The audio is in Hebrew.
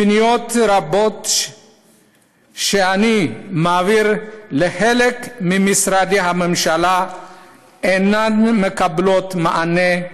פניות רבות שאני מעביר לחלק ממשרדי הממשלה אינן מקבלות מענה,